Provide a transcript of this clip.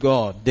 God